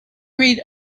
read